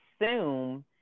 assume